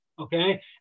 Okay